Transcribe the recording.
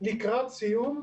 לקראת סיום,